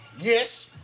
Yes